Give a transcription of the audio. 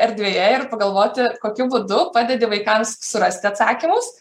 erdvėje ir pagalvoti kokiu būdu padedi vaikams surasti atsakymus